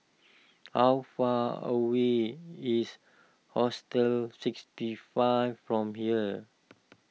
how far away is Hostel sixty five from here